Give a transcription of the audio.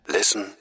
Listen